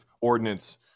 ordinance